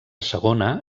segona